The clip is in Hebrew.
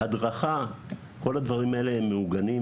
כל הדברים האלה הם מעוגנים